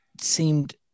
seemed